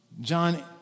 John